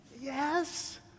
Yes